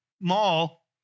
mall